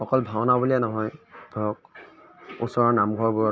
অকল ভাওনা বুলিয়েই নহয় ধৰক ওচৰৰ নামঘৰবোৰত